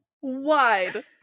wide